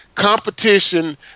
Competition